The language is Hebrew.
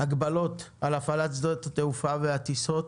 הגבלות על הפעלת שדות תעופה וטיסות,